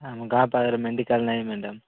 ଆମ ଗାଁ ପାଖରେ ମେଡିକାଲ୍ ନାହିଁ ମ୍ୟାଡାମ୍